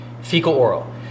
fecal-oral